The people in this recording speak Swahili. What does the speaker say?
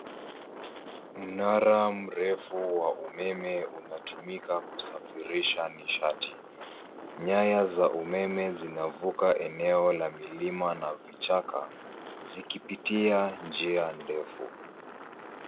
Mnara mrefu wa umeme unatumika kusafirisha mishati, nyaya za umeme zinavuka eneo la milima na vichaka zikipitia njia ndefu.